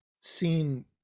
seen